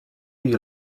you